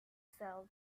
sell